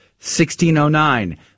1609